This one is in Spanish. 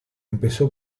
empezó